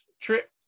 trip